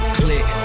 click